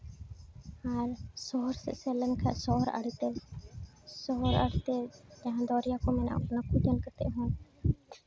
ᱟᱨ ᱥᱚᱦᱚᱨ ᱥᱮᱫ ᱥᱮᱱ ᱞᱮᱠᱷᱟᱡ ᱥᱚᱦᱚᱨ ᱟᱲᱮᱛᱮ ᱥᱚᱦᱚᱨ ᱟᱲᱮᱛᱮ ᱡᱟᱦᱟᱸᱠᱚ ᱫᱚᱨᱭᱟ ᱠᱚ ᱢᱮᱱᱟᱜᱼᱟ ᱚᱱᱟᱠᱚ ᱧᱮᱞ ᱠᱟᱛᱮᱫ ᱦᱚᱸ